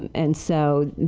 and so,